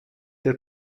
der